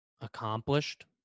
accomplished